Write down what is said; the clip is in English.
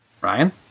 ryan